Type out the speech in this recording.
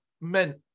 meant